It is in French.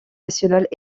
nationales